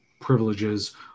privileges